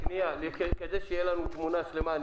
כדי שתהיה לנו תמונה שלמה,